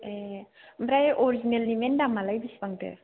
ए ओमफ्राय अरिजिनेलनि मेन दामआलाय बेसेबांथो